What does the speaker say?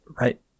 Right